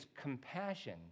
compassion